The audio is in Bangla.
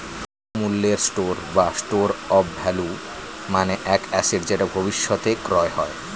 মূল্যের স্টোর বা স্টোর অফ ভ্যালু মানে এক অ্যাসেট যেটা ভবিষ্যতে ক্রয় হয়